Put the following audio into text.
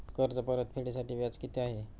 कर्ज परतफेडीसाठी व्याज किती आहे?